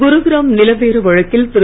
குருகிராம் நில பேர வழக்கில் திரு